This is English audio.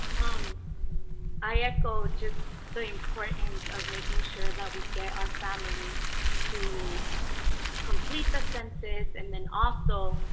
um i echo just the importance of making sure that we get our families to complete the census and then also,